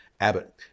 Abbott